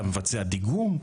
אתה מבצע דיגום.